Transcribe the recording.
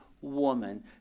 woman